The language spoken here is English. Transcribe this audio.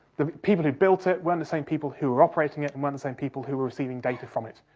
the people who built it weren't the same people who were operating it, and weren't the same people who were receiving data from it.